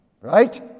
Right